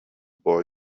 boy